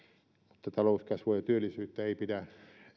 mutta talouskasvua ja työllisyyttä ei pidä